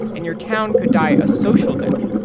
and your town could die a social death,